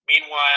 Meanwhile